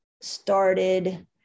started